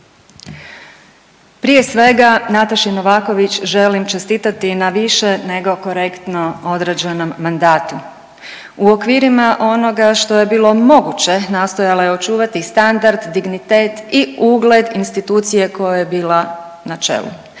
Prije svega, Nataši Novaković želim čestitati na više nego korektno odrađenom mandatu. U okvirima onoga što je bilo moguće, nastojala je očuvati i standard, dignitet i ugled institucije koje je bila na čelu.